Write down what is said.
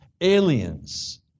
aliens